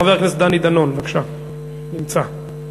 חבר הכנסת דני דנון, בבקשה, נמצא.